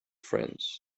friends